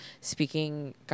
speaking